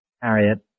Harriet